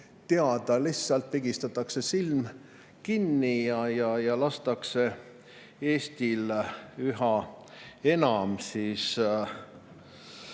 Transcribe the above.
teada. Lihtsalt pigistatakse silm kinni ja lastakse Eestis üha enam eesti